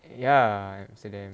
ya amsterdam